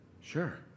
Sure